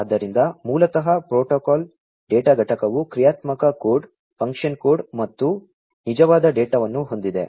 ಆದ್ದರಿಂದ ಮೂಲತಃ protocol data ಘಟಕವು ಕ್ರಿಯಾತ್ಮಕ ಕೋಡ್ ಫಂಕ್ಷನ್ ಕೋಡ್ ಮತ್ತು ನಿಜವಾದ ಡೇಟಾವನ್ನು ಹೊಂದಿದೆ